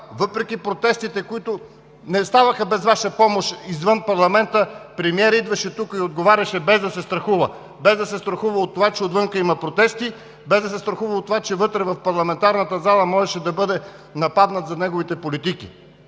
въпреки протестите, които не ставаха без Ваша помощ извън парламента, премиерът идваше тук и отговаряше, без да се страхува от това, че навън има протести, без да се страхува от това, че вътре в парламентарната зала можеше да бъде нападнат за политиките